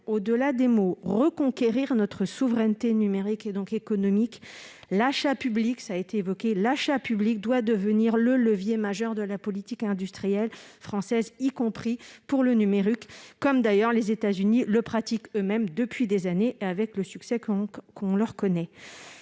au-delà des mots, reconquérir notre souveraineté numérique et donc économique, l'achat public doit devenir le levier majeur de la politique industrielle française, y compris pour le numérique, comme les États-Unis le pratiquent eux-mêmes depuis des années avec le succès que l'on connaît.